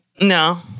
No